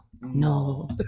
no